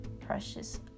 precious